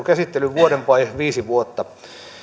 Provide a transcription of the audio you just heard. käsittely vuoden vai viisi vuotta